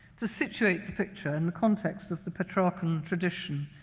to situate the picture in the context of the petrarchan tradition,